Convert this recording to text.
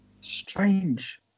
strange